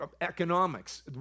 economics